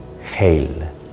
Hail